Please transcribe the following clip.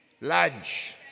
lunch